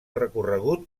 recorregut